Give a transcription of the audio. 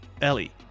Ellie